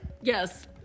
Yes